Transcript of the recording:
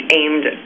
aimed